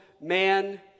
man